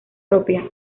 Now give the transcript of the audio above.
propia